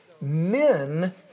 men